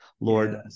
Lord